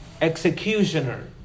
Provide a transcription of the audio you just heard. executioner